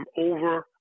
over